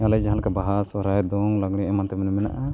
ᱟᱞᱮ ᱡᱟᱦᱟᱞᱮᱠᱟ ᱵᱟᱦᱟ ᱥᱚᱨᱦᱟᱭ ᱫᱚᱝ ᱞᱟᱜᱽᱲᱮ ᱮᱢᱟᱱ ᱛᱮᱢᱟᱱ ᱢᱮᱱᱟᱜᱼᱟ